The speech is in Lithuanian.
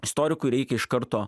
istorikui reikia iš karto